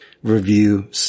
review